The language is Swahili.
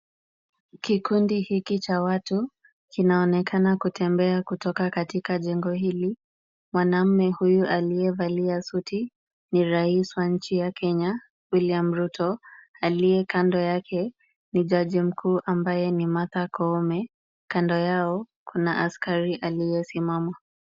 Kikundi hiki cha watu kinaonekana kutembea kutoka katika jengo hili. Mwanaume huyu aliyevalia suti ni rais wa nchi ya Kenya, William Ruto, aliye kando yake ni Jaji Mkuu ambaye ni Martha Koome, kando yao kuna askari aliyesimama.